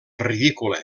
ridícula